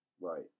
Right